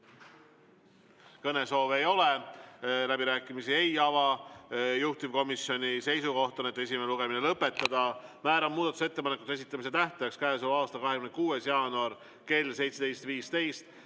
Kõnesoove ei ole, läbirääkimisi ei ava. Juhtivkomisjoni seisukoht on, et esimene lugemine lõpetada. Määran muudatusettepanekute esitamise tähtajaks käesoleva aasta 26. jaanuari kell 17.15.